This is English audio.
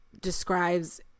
describes